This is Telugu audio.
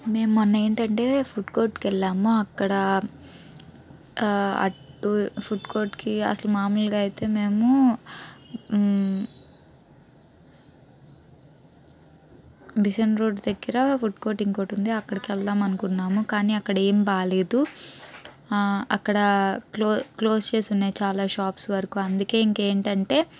మేము మొన్న ఏంటంటే ఫుడ్ కోర్ట్కి వెళ్ళాము అక్కడ ఫుడ్ కోర్ట్కి అసలు మామూలుగా అయితే మేము బీసెంట్ రోడ్ దగ్గర ఫుడ్ కోర్ట్ ఇంకోటి ఉంది అక్కడికి వెళ్దాం అనుకున్నాము కానీ అక్కడ ఏం బాగలేదు అక్కడ క్లో క్లోజ్ చేసి ఉన్నాయి చాలా షాప్స్ వరకు అందుకే ఇంక ఏంటంటే